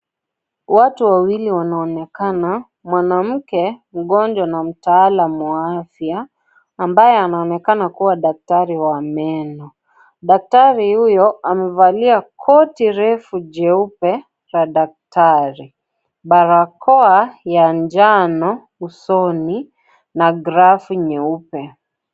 Watu wawili wanaonekana, mwanamke mgonjwa na mtaalam wa afya, ambaye anaonekana kuwa daktari wa meno. Daktari huyo amevalia koti refu jeupe la daktari. Barakoa ya njano usoni na glovu nyeupe.